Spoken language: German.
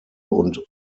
und